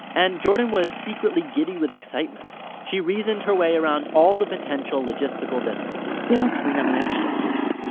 and jordan was secretly giddy with excitement. she reasoned her way around all the potential logistical difficulties yeah, we have an age difference.